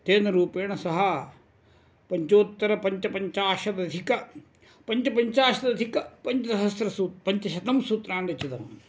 तेन रूपेण सः पञ्चोत्तरपञ्चपञ्चाशदधिक पञ्चपञ्चाशदधिकपञ्चसहस्रसूत्राणि पञ्चशतं सूत्राणि रचितवान्